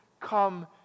come